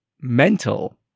Mental